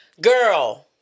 Girl